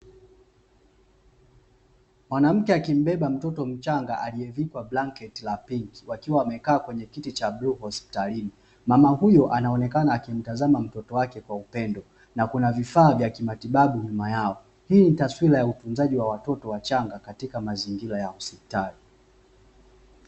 Mwanamke akimbeba mtoto mchanga aliyevikwa blanketi la pinki, wakiwa wamekaa kwenye kiti cha bluu hospitalini. Mama huyo anaonekana akiwa anamtazama mtoto wake kwa upendo na kuna vifaa vya kimatibabu nyuma yao. Hii ni taswira ya utunzaji wa watoto wachanga katika mazingira ya hospitali.